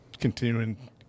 continuing